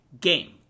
game